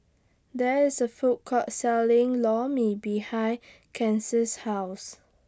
There IS A Food Court Selling Lor Mee behind House